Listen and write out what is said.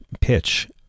pitch